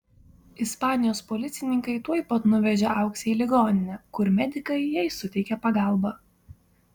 ispanijos policininkai tuoj pat nuvežė auksę į ligoninę kur medikai jai suteikė pagalbą